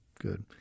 good